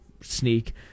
sneak